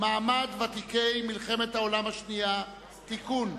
מעמד ותיקי מלחמת העולם השנייה (תיקון,